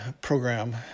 program